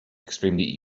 extremely